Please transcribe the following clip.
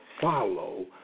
follow